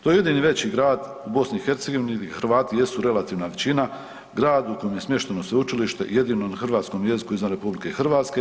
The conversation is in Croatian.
To je jedini veći grad u BiH i Hrvati jesu relativna većina, grad u kojem je smješteno sveučilište jedino na hrvatskom jeziku izvan RH.